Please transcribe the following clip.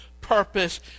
purpose